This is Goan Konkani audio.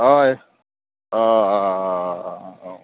हय